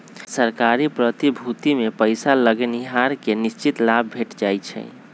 सरकारी प्रतिभूतिमें पइसा लगैनिहार के निश्चित लाभ भेंट जाइ छइ